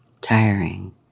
tiring